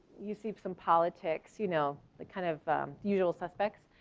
you see some politics, you know the kind of usual suspects.